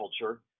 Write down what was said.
culture